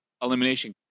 elimination